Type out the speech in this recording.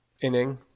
inning